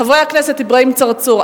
חברי הכנסת אברהים צרצור,